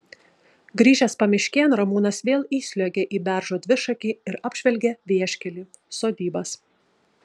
grįžęs pamiškėn ramūnas vėl įsliuogia į beržo dvišakį ir apžvelgia vieškelį sodybas